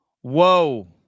whoa